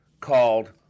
called